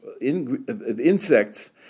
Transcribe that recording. insects